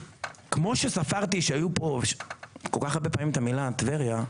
כמו שספרתי שהיו פה כל כך הרבה פעמים את המילה 'טבריה',